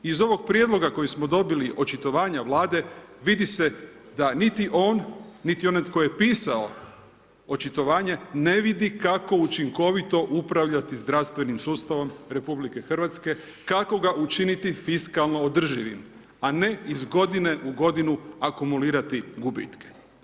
Iz ovog prijedloga koji smo dobili, očitovanja Vlade vidi se da niti on niti onaj tko je pisao očitovanje ne vidi kako učinkovito upravljati zdravstvenim sustavom RH, kako ga učiniti fiskalno održivim a ne iz godine u godinu akumulirati gubitke.